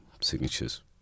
signatures